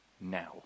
now